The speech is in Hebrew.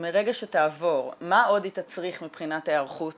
מרגע שתעבור הצעת המחליטים מה עוד היא תצריך מבחינת הערכות